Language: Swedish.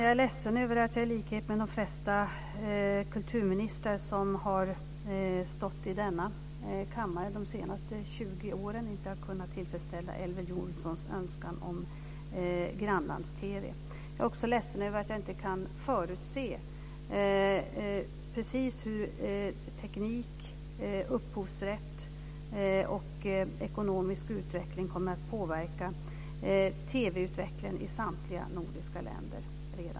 Jag är ledsen över att jag i likhet med de flesta kulturministrar som har stått i denna kammare de senaste tjugo åren inte har kunnat tillfredsställa Jag är också ledsen över att jag inte redan i dag kan förutse precis hur teknik, upphovsrätt och ekonomisk utveckling kommer att påverka TV utvecklingen i samtliga nordiska länder.